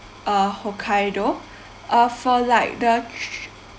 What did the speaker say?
uh hokkaido uh for like the